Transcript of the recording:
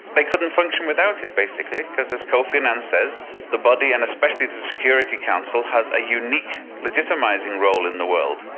they couldn't function without it basically, because as kofi annan says the body, and especially the security council, have a unique legitimising role in the world.